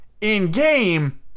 in-game